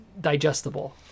digestible